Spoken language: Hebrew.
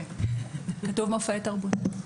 כתוב מופעי תרבות.